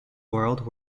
world